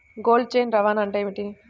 Cold chain రవాణా అంటే ఏమిటీ?